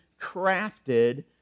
crafted